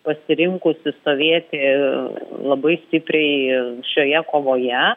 pasirinkusi stovėti labai stipriai šioje kovoje